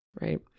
Right